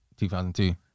2002